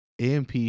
amp